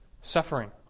suffering